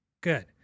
Good